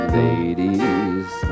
ladies